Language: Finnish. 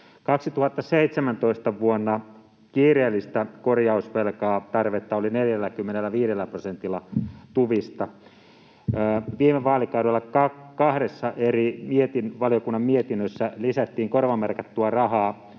2017 kiireellistä korjausvelkatarvetta oli 45 prosentilla tuvista. Viime vaalikaudella kahdessa eri valiokunnan mietinnössä lisättiin korvamerkattua rahaa